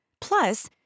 Plus